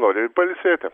nori pailsėti